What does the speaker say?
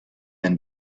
been